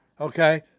Okay